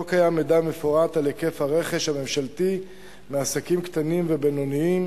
לא קיים מידע מפורט על היקף הרכש הממשלתי מעסקים קטנים ובינוניים,